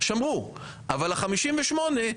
אבל מה-58,